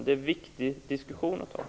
Det är en viktig diskussion i dag.